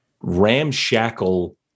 ramshackle